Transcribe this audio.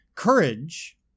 Courage